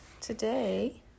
Today